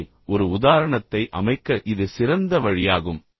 எனவே ஒரு உதாரணத்தை அமைக்க இது சிறந்த வழியாகும்